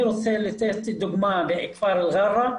אני רוצה לתת דוגמה בכפר אל-ררה.